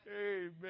Amen